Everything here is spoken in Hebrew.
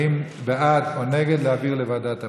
האם בעד או נגד להעביר לוועדת הפנים?